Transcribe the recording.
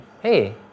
hey